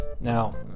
Now